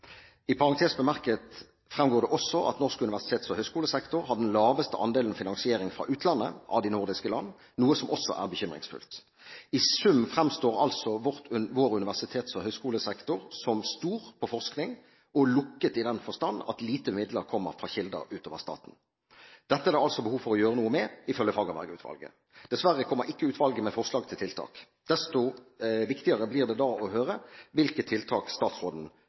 I parentes bemerket fremgår det også at norsk universitets- og høyskolesektor har den laveste andelen finansiering fra utlandet av de nordiske land, noe som også er bekymringsfullt. I sum fremstår altså vår universitets- og høyskolesektor som stor på forskning og lukket i den forstand at lite midler kommer fra kilder utover staten. Dette er det altså behov for å gjøre noe med, ifølge Fagerberg-utvalget. Dessverre kommer ikke utvalget med forslag til tiltak. Desto viktigere blir det da å høre hvilke tiltak statsråden